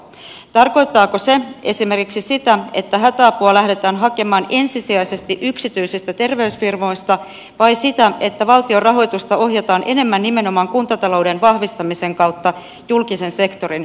tarkoit taako se esimerkiksi sitä että hätäapua lähdetään hakemaan ensisijaisesti yksityisistä terveysfirmoista vai sitä että valtion rahoitusta ohjataan enemmän nimenomaan kuntatalouden vahvistamisen kautta julkisen sektorin vahvistamiseen